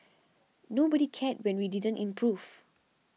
nobody cared when we didn't improve